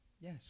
Yes